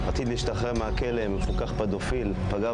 עכשיו אני מדברים על מקרים אמיתיים.